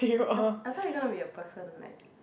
I I thought you gonna be a person like